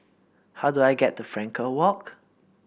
how do I get to Frankel Walk